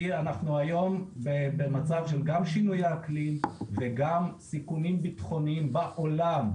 כי אנחנו היום במצב של גם שינויי האקלים וגם סיכונים ביטחוניים בעולם,